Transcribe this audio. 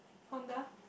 Honda